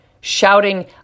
Shouting